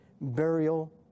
burial